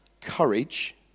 courage